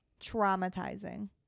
traumatizing